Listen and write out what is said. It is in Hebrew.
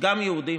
גם יהודים.